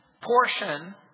portion